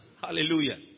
Hallelujah